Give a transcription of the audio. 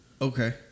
Okay